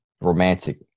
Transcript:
romantic